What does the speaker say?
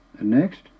Next